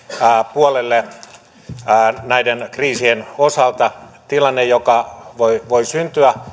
puolelle kriisien osalta tilanne joka voi voi syntyä